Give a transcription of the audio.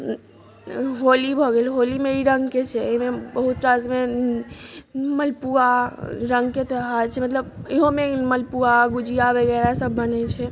होली भऽ गेल होलीमे ई रङ्गके छै एहिमे बहुत रासमे मलपुआ रङ्गके त्यौहार छै मतलब इहोमे मलपुआ गुजिया वगैरह सभ बनैत छै